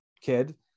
kid